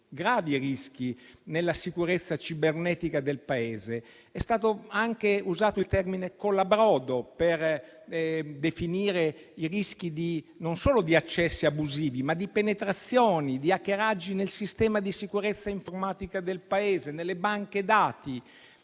gravi rischi per la sicurezza cibernetica del Paese (è stato anche usato il termine «colabrodo» per definirli), rischi non solo di accessi abusivi, ma di penetrazione e di hackeraggi nel sistema di sicurezza informatica del Paese e nelle banche dati,